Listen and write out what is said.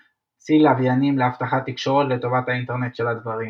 לוויינים לאבטחת תקשורת לטובת "האינטרנט של הדברים".